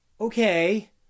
okay